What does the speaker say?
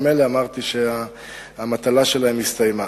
וממילא אמרתי שהמטלה שלהם הסתיימה.